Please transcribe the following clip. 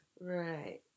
Right